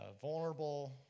vulnerable